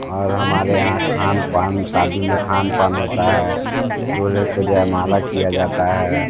और हमारे यहाँ खान पान शादी में खान पान होता है दूल्हे को जयमाला किया जाता है